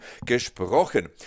gesprochen